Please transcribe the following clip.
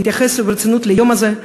להתייחס ברצינות ליום הזה,